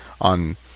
on